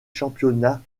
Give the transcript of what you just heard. championnats